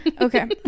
okay